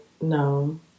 no